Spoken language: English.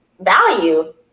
Value